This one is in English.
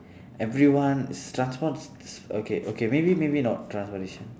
everyone transport okay okay maybe maybe not transportation